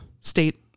state